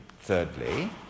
thirdly